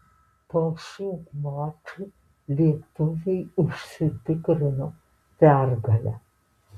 po šių mačų lietuviai užsitikrino pergalę